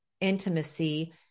intimacy